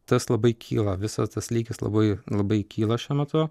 tas labai kyla visas tas lygis labai labai kyla šiuo metu